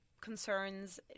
concerns